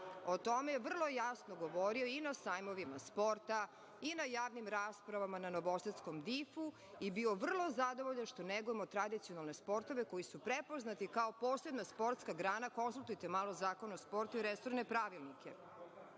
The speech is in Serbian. tome je vrlo jasno govorio i na sajmovima sporta, i na javnim raspravama na novosadskom DIF i bio vrlo zadovoljan što negujemo tradicionalne sportove, koji su prepoznati kao posebna sportska grana. Konsultujte malo Zakon o sportu i resorne pravilnike. Što